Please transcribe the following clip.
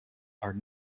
are